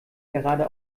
gerade